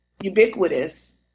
ubiquitous